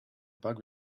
bug